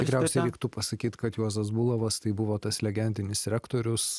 tikriausiai reiktų pasakyt kad juozas bulavas tai buvo tas legendinis rektorius